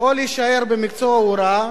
או להישאר במקצוע ההוראה